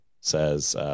says